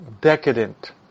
decadent